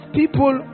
people